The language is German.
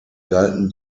galten